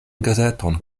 gazeton